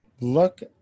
look